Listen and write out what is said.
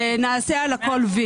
ושנעשה וי על הכול.